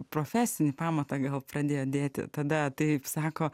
profesinį pamatą gal pradėjot dėti tada taip sako